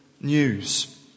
news